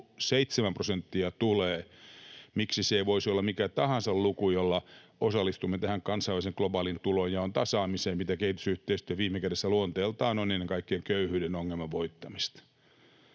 0,7 prosenttia tulee, miksi se ei voisi olla mikä tahansa luku, jolla osallistumme tähän kansainvälisen globaalin tulonjaon tasaamiseen, mitä kehitysyhteistyö viime kädessä luonteeltaan on, ennen kaikkea köyhyyden ongelman voittamista.